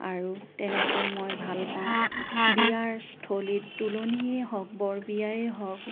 আৰু তেনেকৈ মই ভাল পাওঁ বিয়াৰ স্থলীত তোলনিয়েই হওক বৰ বিয়াই হওক